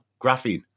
Graphene